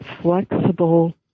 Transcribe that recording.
flexible